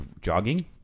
jogging